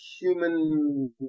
human